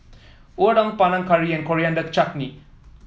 Unadon Panang Curry and Coriander Chutney